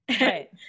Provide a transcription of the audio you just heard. Right